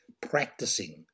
Practicing